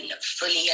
fully